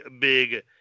big